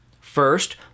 First